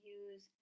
use